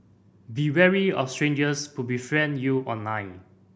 be wary of strangers who befriend you online